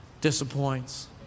disappoints